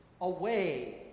away